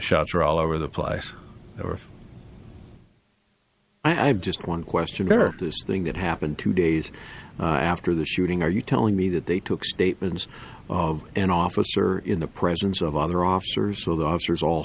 shots are all over the place or i have just one question for this thing that happened two days after the shooting are you telling me that they took statements of an officer in the presence of other officers with officers all